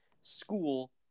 school